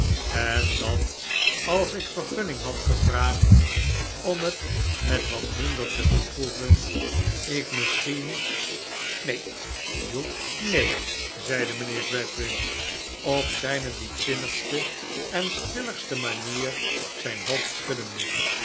en dat als ik vergunning had gevraagd om het met wat minder te beproeven ik misschien neen jupe neen zeide mijnheer gradgrind op zijne diepzinnigste en stelligste manier zijn hoofd schuddende